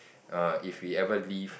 err if we ever leave